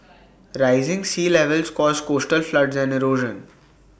rising sea levels cause coastal floods and erosion